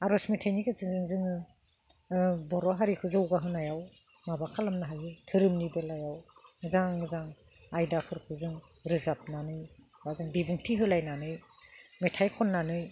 आर'ज मेथाइनि गेजेरजों जोङो बर' हारिखौ जौगा होनायाव माबा खालामनो हायो धोरोमनि बेलायाव मोजां मोजां आयदाफोरखौ जों रोजाबनानै बा बिबुंथि होलायनानै मेथाइ खननानै